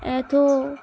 এতো